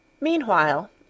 Meanwhile